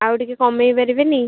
ଆଉ ଟିକେ କମାଇ ପାରିବେନି